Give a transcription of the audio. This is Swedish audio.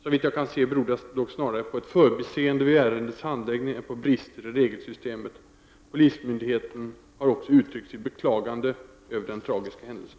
Såvitt jag kan se beror det dock snarare på ett förbiseende vid ärendets handläggning än på brister i regelsystemet. Polismyndigheten har också uttryckt sitt beklagande över den tragiska händelsen.